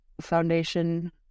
foundation